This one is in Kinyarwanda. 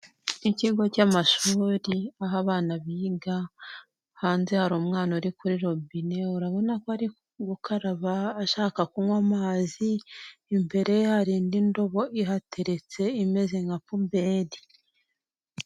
Ikigo cy'amashuri aho abana biga hanze hari umwana uri kuri robine urabona ko ari gukaraba ashaka kunywa amazi, imbere hari indi ndobo ihateretse imeze nka puberi.